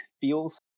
feels